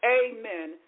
amen